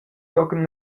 tochen